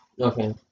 Okay